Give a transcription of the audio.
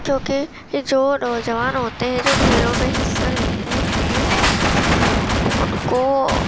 کیونکہ یہ جو نوجوان ہوتے ہیں جو کھیلوں میں حصہ لیتے ہیں ان کو